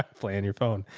play on your phone.